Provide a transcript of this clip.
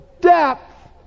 depth